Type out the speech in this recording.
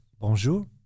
bonjour